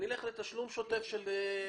ונלך להגדרה של "תשלום שוטף של חובות",